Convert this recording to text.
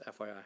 FYI